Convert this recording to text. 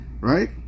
right